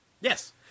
Yes